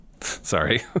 Sorry